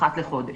אחת לחודש.